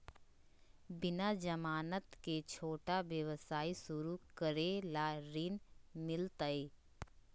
बिना जमानत के, छोटा व्यवसाय शुरू करे ला ऋण मिलतई?